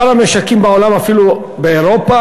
בשאר המשקים בעולם, אפילו באירופה,